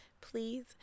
Please